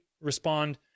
respond